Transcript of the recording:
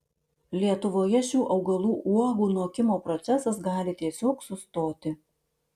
lietuvoje šių augalų uogų nokimo procesas gali tiesiog sustoti